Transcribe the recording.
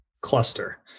cluster